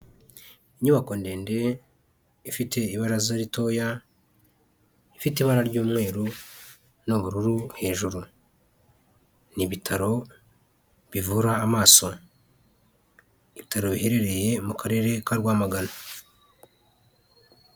Inyubako ndende ifite ibaraza ritoya ifite ibara ry'umweru n'ubururu hejuru, ni ibitaro bivura amaso. Ibitaro biherereye mu karere ka Rwamagana.